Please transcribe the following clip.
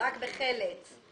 רק בחברות חלץ.